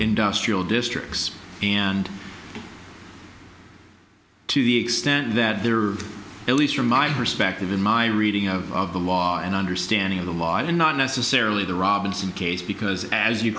industrial districts and to the extent that there are at least from my perspective in my reading of the law and understanding of the law and not necessarily the robinson case because as you